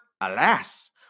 Alas